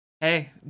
hey